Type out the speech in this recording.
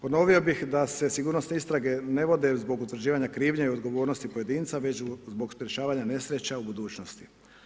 Ponovio bih da se sigurnosne istrage ne vode zbog utvrđivanja krivnje i odgovornosti pojedinca već zbog sprječavanja nesreća u budućnosti.